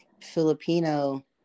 Filipino